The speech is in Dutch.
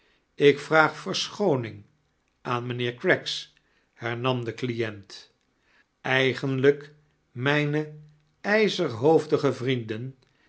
ik vtaag verschooning aan mijnheer craggsi hernam de client eigenlijk mijne